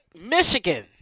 Michigan